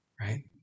right